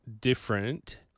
different